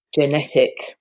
genetic